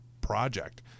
project